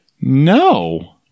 No